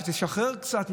תשחרר קצת,